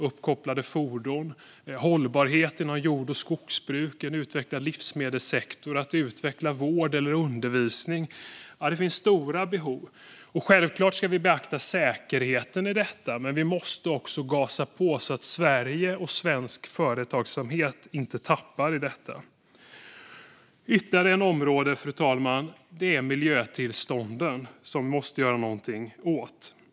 Uppkopplade fordon, hållbarhet inom jord och skogsbruk, en utvecklad livsmedelssektor och att utveckla vård eller undervisning, ja, det finns stora behov. Självklart ska vi beakta säkerheten i detta, men vi måste också gasa på så att Sverige och svensk företagsamhet inte tappar här. Ytterligare ett område, fru talman, är miljötillstånden, som vi måste göra något åt.